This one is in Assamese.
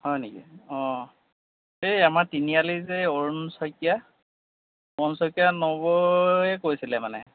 হয় নেকি অঁ এই আমাৰ তিনিআলিৰ যে অৰুণ শইকীয়া অৰুণ শইকীয়াৰ নবৌৱে কৈছিলে মানে